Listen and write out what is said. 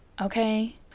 okay